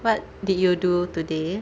what did you do today